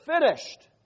finished